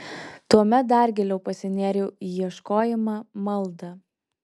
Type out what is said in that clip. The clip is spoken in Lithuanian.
tuomet dar giliau pasinėriau į ieškojimą maldą